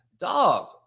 dog